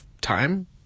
time